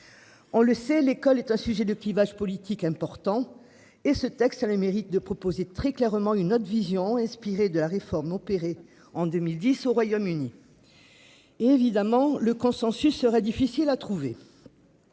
On le sait, l'école est un sujet de clivage politique important et ce texte a le mérite de proposer très clairement une autre vision inspirée de la réforme opérée en 2010 au Royaume-Uni. Et évidemment le consensus sera difficile à trouver.